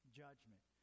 judgment